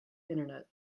internet